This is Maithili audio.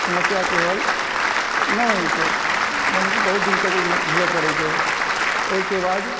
समस्याके हल नहि होइत छै यानिकि बहुत दिन तक ओहिमे झूलय पड़ैत छै ओहिके बाद